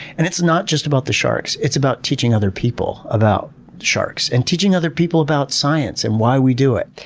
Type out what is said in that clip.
and it's not just about the sharks. it's about teaching other people about sharks and teaching other people about science and why we do it.